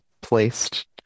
placed